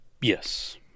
yes